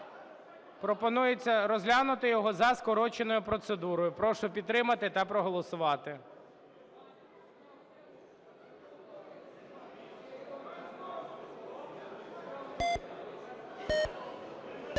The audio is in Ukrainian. Пропонується розглянутий його за скороченою процедурою. Прошу підтримати та проголосувати.